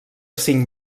cinc